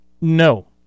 No